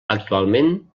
actualment